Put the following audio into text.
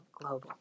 global